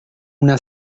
una